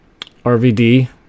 RVD